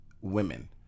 women